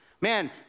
Man